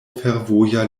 fervoja